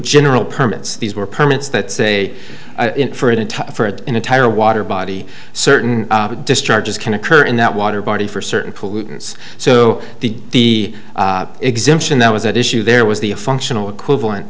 general permits these were permits that say for it for an entire water body certain discharges can occur in that water body for certain pollutants so the exemption that was at issue there was the functional equivalent